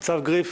ניצב גריף,